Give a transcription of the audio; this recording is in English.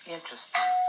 Interesting